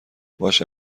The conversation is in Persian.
باشه